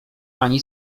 ani